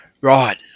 Right